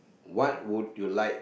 what would you like